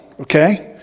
Okay